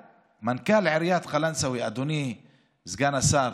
אדוני סגן השר,